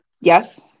Yes